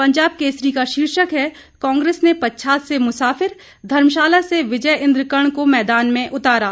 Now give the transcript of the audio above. पंजाब केसरी का शीर्षक है कांग्रेस ने पच्छाद से मुसाफिर धर्मशाला से विजय इंद्र कर्ण को मैदान में उतारा